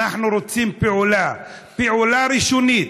אנחנו רוצים פעולה, פעולה ראשונית.